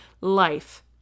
life